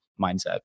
mindset